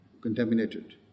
contaminated